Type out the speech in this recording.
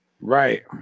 right